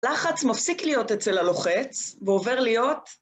לחץ מפסיק להיות אצל הלוחץ, ועובר להיות...